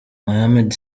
muhammed